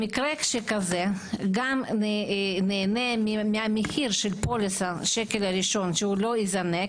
במקרה שכזה גם נהנה מהמחיר של פוליסת שקל ראשון שלא יזנק